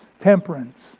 temperance